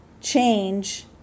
change